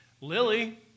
Lily